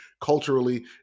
culturally